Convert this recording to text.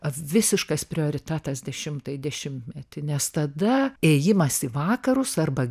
visiškas prioritetas dešimtąjį dešimtmetį nes tada ėjimas į vakarus arba